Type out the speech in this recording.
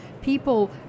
people